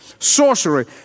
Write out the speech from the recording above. sorcery